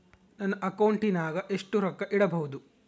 ನನ್ನ ಅಕೌಂಟಿನಾಗ ಎಷ್ಟು ರೊಕ್ಕ ಇಡಬಹುದು?